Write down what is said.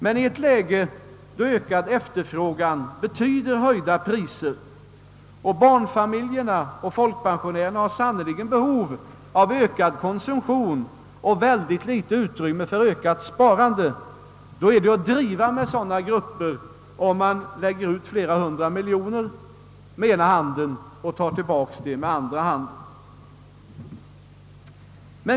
Men i ett läge då ökad efterfrågan medför höjda priser — och barnfamiljerna och folkpensionärerna har sannerligen behov av ökad konsumtion och mycket litet utrymme för mera sparande — är det att driva med sådana grupper om man ger ut flera hundra miljoner med den ena handen och tar tillbaka med den andra.